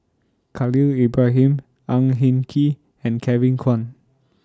Khalil Ibrahim Ang Hin Kee and Kevin Kwan